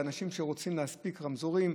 זה אנשים שרוצים להספיק רמזורים.